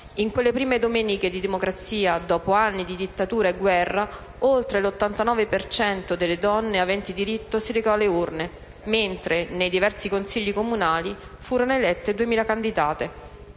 In quelle prime domeniche di democrazia, dopo anni di dittatura e guerra, oltre l'89 per cento delle donne aventi diritto si recò alle urne, mentre nei diversi consigli comunali furono elette 2.000 candidate.